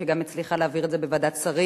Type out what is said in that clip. שגם הצליחה להעביר את זה בוועדת שרים,